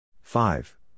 Five